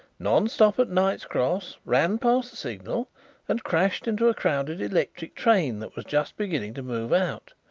non-stop at knight's cross, ran past the signal and crashed into a crowded electric train that was just beginning to move out.